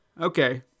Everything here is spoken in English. Okay